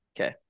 Okay